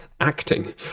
acting